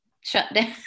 shutdown